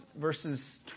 verses